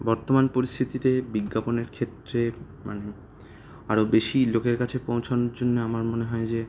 বর্তমান পরিস্থিতিতে বিজ্ঞাপনের ক্ষেত্রে মানে আরো বেশি লোকের কাছে পৌঁছোনোর জন্য আমার মনে হয় যে